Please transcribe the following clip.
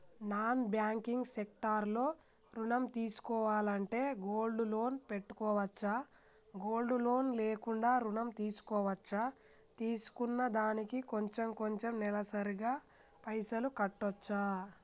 Non banking sector లో ఋణం తీసుకోవాలంటే గోల్డ్ లోన్ పెట్టుకోవచ్చా? గోల్డ్ లోన్ లేకుండా కూడా ఋణం తీసుకోవచ్చా? తీసుకున్న దానికి కొంచెం కొంచెం నెలసరి గా పైసలు కట్టొచ్చా?